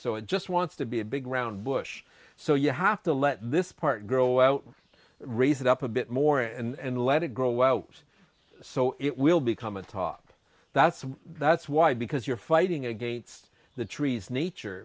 so it just wants to be a big round bush so you have to let this part grow out raise it up a bit more and let it grow out so it will become a top that's what that's why because you're fighting against the trees nature